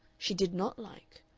she did not like,